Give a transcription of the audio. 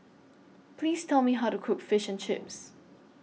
Please Tell Me How to Cook Fish and Chips